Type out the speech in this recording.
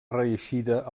reeixida